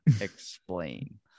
Explain